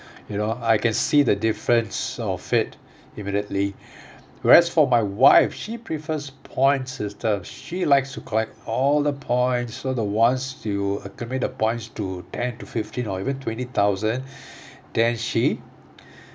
you know I can see the difference of it immediately whereas for my wife she prefers point system she likes to collect all the points so the once you accumulate the points to ten to fifteen or even twenty thousand then she